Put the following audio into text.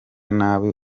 nabi